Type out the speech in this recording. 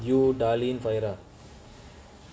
you darlene viaduct